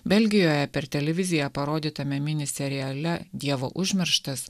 belgijoje per televiziją parodytame mini seriale dievo užmirštas